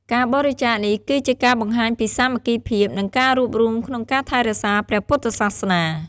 ការបរិច្ចាគនេះ គឺជាការបង្ហាញពីសាមគ្គីភាព និងការរួបរួមគ្នាក្នុងការថែរក្សាព្រះពុទ្ធសាសនា។